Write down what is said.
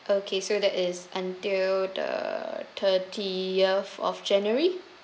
okay so that is until the thirtieth of january